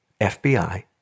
FBI